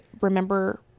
remember